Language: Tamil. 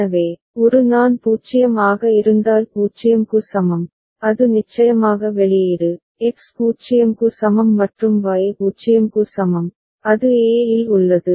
எனவே ஒரு நான் 0 ஆக இருந்தால் 0 க்கு சமம் அது நிச்சயமாக வெளியீடு எக்ஸ் 0 க்கு சமம் மற்றும் Y 0 க்கு சமம் அது a இல் உள்ளது